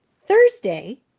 Thursday